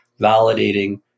validating